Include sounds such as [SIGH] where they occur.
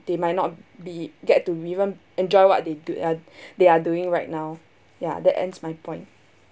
they might not be get to even enjoy what they're doing uh [BREATH] they are doing right now ya that ends my point